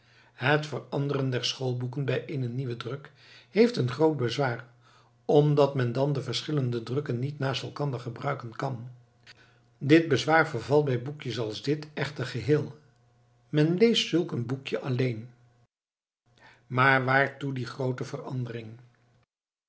het veranderen der schoolboeken bij eenen nieuwen druk heeft een groot bezwaar omdat men dan de verschillende drukken niet naast elkander gebruiken kan dit bezwaar vervalt bij boekjes als dit echter geheel men leest zulk een boekje alleen maar waartoe die groote verandering